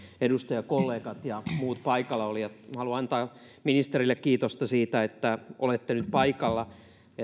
edustajakollegat ja muut paikalla olijat haluan antaa ministerille kiitosta siitä että olette nyt paikalla